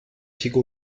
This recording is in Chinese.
提供